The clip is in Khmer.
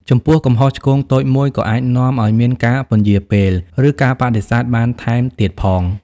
ចំពោះ កំហុសឆ្គងតូចមួយក៏អាចនាំឱ្យមានការពន្យារពេល ឬការបដិសេធបានថែមទៀតផង។